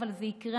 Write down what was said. אבל זה יקרה,